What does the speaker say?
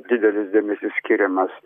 didelis dėmesys skiriamas